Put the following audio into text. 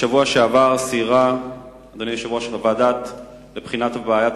בשבוע שעבר סיירה הוועדה לבחינת בעיית